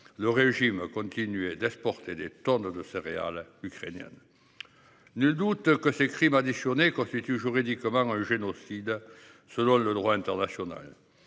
le régime continuaient d'exporter des tonnes de céréales ukrainiennes. Nul doute que ces crimes des journées constitue juridiquement. Génocide selon le droit international.